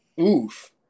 Oof